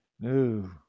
No